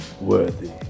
worthy